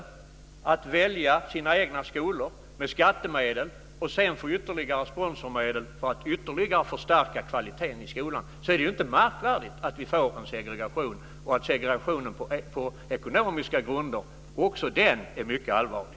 De kan välja sina skolor med skattemedel, och sedan kan man få ytterligare sponsorsmedel för att ytterligare förstärka kvaliteten i skolan. Då är det ju inte märkvärdigt att vi får en segregation, och segregationen på ekonomiska grunder är också den mycket allvarlig.